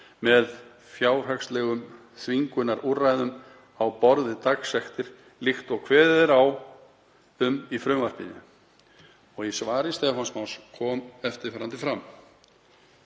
með fjárhagslegum þvingunarúrræðum á borð við dagsektir, líkt og kveðið er á um í frumvarpinu. Í svari Stefáns kom eftirfarandi fram: